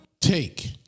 Take